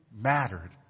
mattered